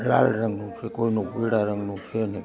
લાલ રંગનું છે કોઈનું પીળા રંગનું છે નહીં